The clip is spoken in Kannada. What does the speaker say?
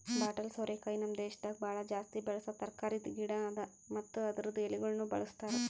ಬಾಟಲ್ ಸೋರೆಕಾಯಿ ನಮ್ ದೇಶದಾಗ್ ಭಾಳ ಜಾಸ್ತಿ ಬೆಳಸಾ ತರಕಾರಿದ್ ಗಿಡ ಅದಾ ಮತ್ತ ಅದುರ್ದು ಎಳಿಗೊಳನು ಬಳ್ಸತಾರ್